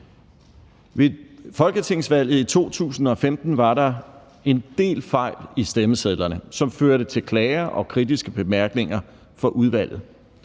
Ved folketingsvalget i 2015 var der en del fejl i stemmesedlerne, som førte til klager og kritiske bemærkninger fra udvalget.